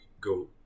go